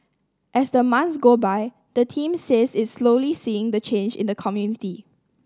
as the months go by the team says it is slowly seeing change in the community